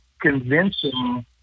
convincing